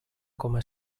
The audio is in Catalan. coma